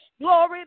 Glory